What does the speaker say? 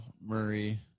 Murray